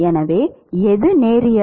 எனவே எது நேரியல்